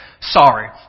sorry